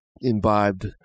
imbibed